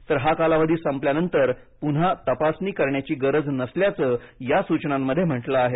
तर हा कालावधी संपल्यानंतर पुन्हा तपासणी करण्याची गरज नसल्याचं या सूचनामध्ये म्हटलं आहे